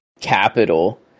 capital